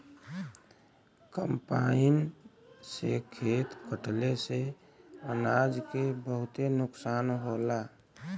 combine से खेत कटले से अनाज के बहुते नुकसान होला